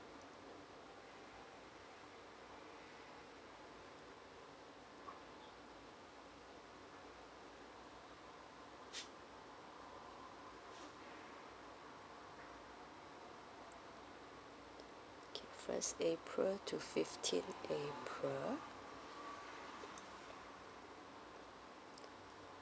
okay first april to fifteenth april